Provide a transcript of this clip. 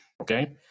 Okay